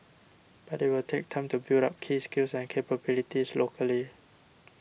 but it will take time to build up key skills and capabilities locally